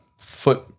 foot